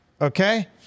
okay